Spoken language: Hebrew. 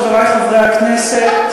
חברי חברי הכנסת,